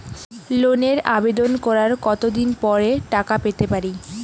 লোনের আবেদন করার কত দিন পরে টাকা পেতে পারি?